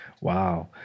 wow